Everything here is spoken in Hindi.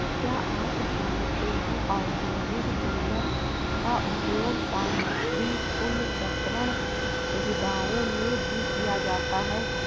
क्या आप जानते है औद्योगिक बेलर का उपयोग सामग्री पुनर्चक्रण सुविधाओं में भी किया जाता है?